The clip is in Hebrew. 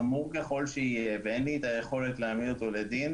חמור ככל שיהיה, ואין לי היכולת להעמיד אותו לדין,